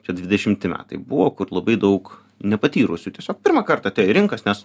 čia dvidešimti metai buvo labai daug nepatyrusių tiesiog pirmą kartą atėjo į rinkas nes